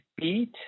beat